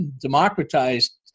democratized